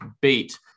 beat